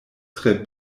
tre